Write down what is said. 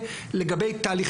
צריכים לדעת,